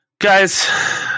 guys